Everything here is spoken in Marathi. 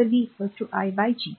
तर v i by G